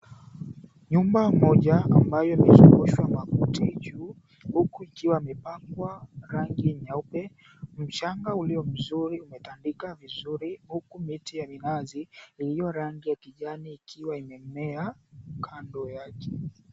Nyumba moja ambayo imezungushwa makuti juu huku ikiwa imepakwa rangi nyeupe mchanga uliyo mzuri umetandika vizuri huku miti ya minazi iliyo rangi ya kijani ikiwa imemea kando yake.